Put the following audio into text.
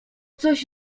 coś